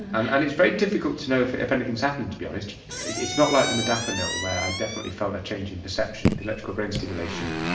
and and it's very difficult to know if if anything has happened, to be honest. it's not like the modafinil where i definitely felt like changing perception. the electrical brain stimulation,